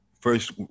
first